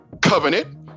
covenant